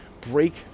break